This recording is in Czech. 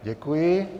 Děkuji.